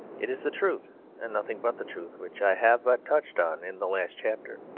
it is the truth and nothing but the truth which i have but touched on in the last chapter.